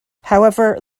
however